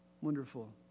wonderful